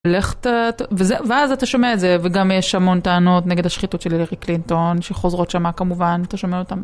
ואז אתה שומע את זה, וגם יש המון טענות נגד השחיתות של הילרי קלינטון, שחוזרות שם כמובן, אתה שומע אותם.